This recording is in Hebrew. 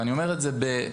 ואני אומר את זה בהתחייבות,